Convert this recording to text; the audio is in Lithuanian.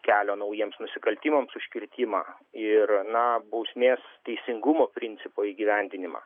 kelio naujiems nusikaltimams užkirtimą ir na bausmės teisingumo principo įgyvendinimą